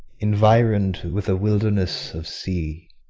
environ'd with a wilderness of sea,